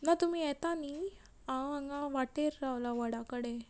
ना तुमी येता न्ही हांव हांगां वाटेर रावलां वडा कडेन